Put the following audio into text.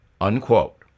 unquote